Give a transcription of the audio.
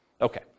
Okay